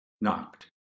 knocked